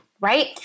right